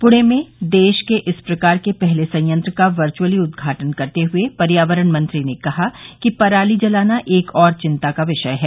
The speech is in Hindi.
पुणे में देश के इस प्रकार के पहले सयंत्र का वर्च्अली उद्घाटन करते हुए पर्यावरण मंत्री ने कहा कि पराली जलाना एक और चिंता का विषय है